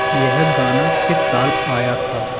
यह गाना किस साल आया था